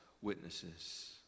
witnesses